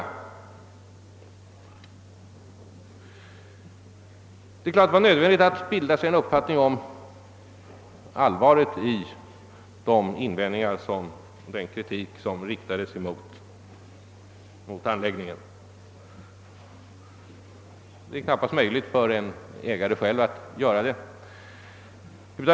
Det var givetvis nödvändigt att bilda sig en uppfattning om allvaret i den kritik som riktades mot anläggningen, men det fanns knappast möjlighet för en ägare att själv göra det.